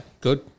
good